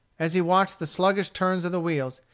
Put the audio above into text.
as he watched the sluggish turns of the wheels,